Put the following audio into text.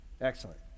Excellent